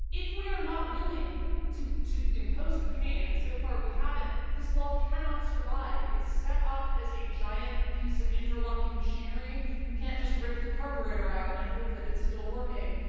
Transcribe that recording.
if we are not willing to to impose the pain, and so far we haven't, this law cannot survive. it is set up as a giant piece of interlocking machinery. you can't just rip the carburetor out and hope that it's still working.